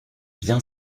bien